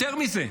יותר מזה,